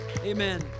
amen